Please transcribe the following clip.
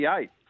eight